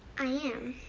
i am.